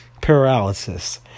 paralysis